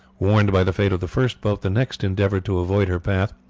warned by the fate of the first boat, the next endeavoured to avoid her path.